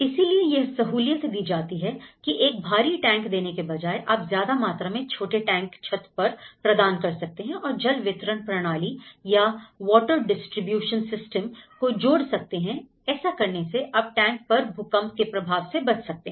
इसीलिए यह सहूलियत दी जाती है की एक भारी टैंक देने के बजाय आप ज्यादा मात्रा में छोटे टैंक छत पर प्रदान कर सकते हैं और जल वितरण प्रणाली या वाटर डिस्ट्रीब्यूशन सिस्टम को जोड़ सकते हैं ऐसा करने से आप टैंक पर भूकंप के प्रभाव से बच सकते हैं